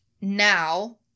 now